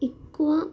ఎక్కువ